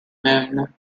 moon